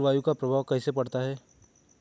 जलवायु का प्रभाव कैसे पड़ता है?